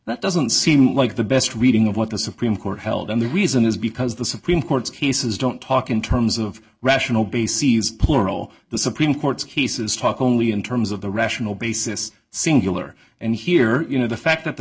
that doesn't seem like the best reading of what the supreme court held and the reason is because the supreme court's cases don't talk in terms of rational bases plural the supreme court's cases talk only in terms of the rational basis singular and here you know the fact that the